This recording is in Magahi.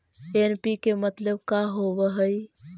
एन.पी.के मतलब का होव हइ?